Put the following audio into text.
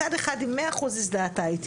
מצד אחד היא מאה אחוז הזדהתה איתי